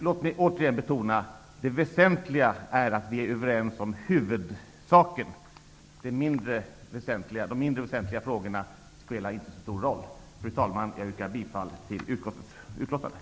Låt mig återigen beona att det väsentliga är att vi är överens om huvudsaken. Det spelar inte så stor roll när det gäller de mindre väsentliga frågorna. Fru talman! Jag yrkar bifall till utskottets hemställan.